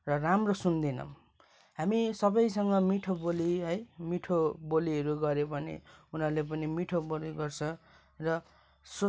र राम्रो सुन्दैनौँ हामी सबैसँग मिठो बोली है मिठो बोलीहरू गऱ्यौँ भने उनीहरूले पनि मिठो बोली गर्छ